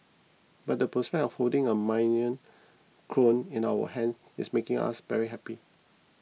but the prospect of holding a minion clone in our hand is making us very happy